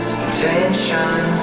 Attention